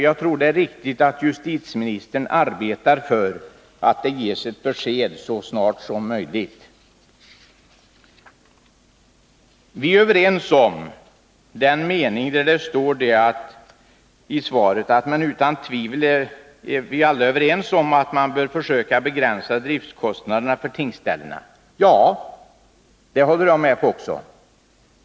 Jag tror det är riktigt att justitieministern arbetar för att det ges ett besked så snart som möjligt. I svaret står det att ”utan tvivel är vi överens om att man bör försöka begränsa driftskostnadeérna för tingsställena”. Ja, det håller jag också med om.